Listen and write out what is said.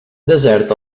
desert